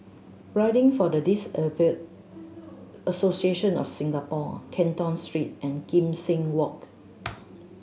Riding for the Disabled Association of Singapore Canton Street and Kim Seng Walk